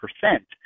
percent